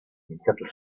mintzatu